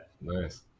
Nice